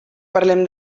parlem